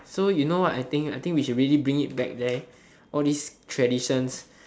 so you know what I think I think we should bring it back there all these traditions